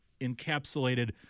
encapsulated